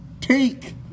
Take